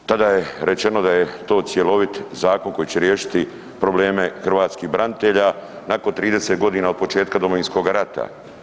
Tada je rečeno da je to cjelovit zakon koji će riješiti probleme hrvatskih branitelja, nakon 30 godina od početka Domovinskog rata.